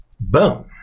boom